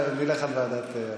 נלך על ועדת,